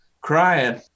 crying